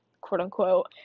quote-unquote